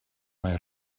mae